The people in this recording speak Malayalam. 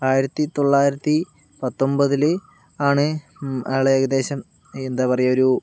ആയിരത്തി തൊള്ളായിരത്തി പത്തൊമ്പതില് ആണ് ആളേകദേശം എന്താ പറയുക ഒരു